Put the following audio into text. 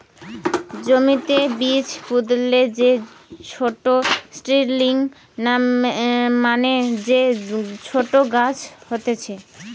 জমিতে বীজ পুতলে যে ছোট সীডলিং মানে যে ছোট গাছ হতিছে